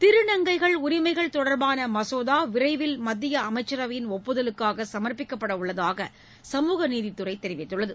திருநங்கைகள் உரிமைகள் தொடர்பான மசோதா விரைவில் மத்திய அமைச்சரவையின் ஒப்புதலுக்காக சமர்ப்பிக்கப்படவுள்ளதாக சமூக நீதித்துறை தெரிவித்துள்ளது